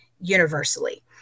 universally